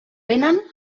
vénen